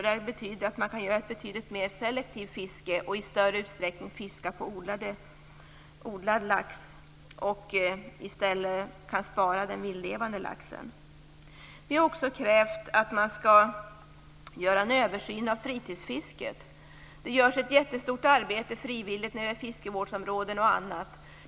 Det betyder att man kan ha ett betydligt mer selektivt fiske och i större utsträckning fiska odlad lax och på det sättet kan spara den vildlevande laxen. Vi har också krävt en översyn av fritidsfisket. Ett stort frivilligt arbete görs när det gäller exempelvis fiskevårdsområden.